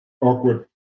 awkward